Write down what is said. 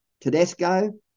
Tedesco